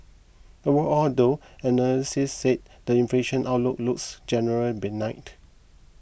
overall though analysts said the inflation outlook looks generally benignt